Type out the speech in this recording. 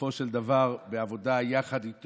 בסופו של דבר, בעבודה איתו